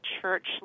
church